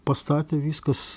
pastatė viskas